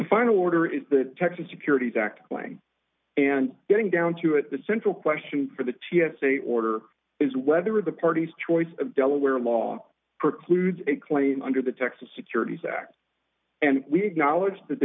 final order is the texas securities act plan and getting down to it the central question for the t s a order is whether the parties choice of delaware law precludes a claim under the texas securities act and we have knowledge that the